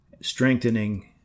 strengthening